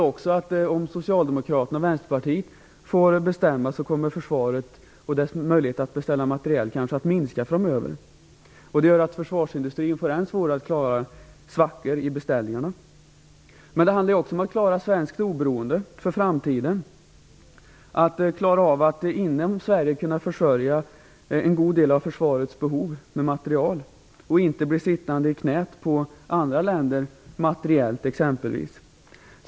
Om Socialdemokraterna och Vänsterpartiet får bestämma, kommer försvaret och dess möjlighet att beställa materiel kanske att minska framöver. Det gör att försvarsindustrin får det än svårare att klara svackor i beställningarna. Men det handlar också om att klara svenskt oberoende för framtiden, att klara av att inom Sverige försörja en god del av försvarets behov med materiel och inte bli sittande i knät på andra länder på det området.